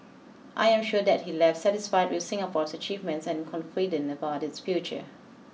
I am sure that he left satisfied with Singapore's achievements and confident about its future